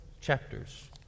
chapters